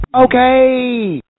Okay